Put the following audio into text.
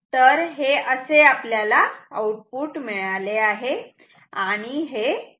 तर हे असे आपल्याला आउटपुट मिळाले आहे आणि हे सत्य आहे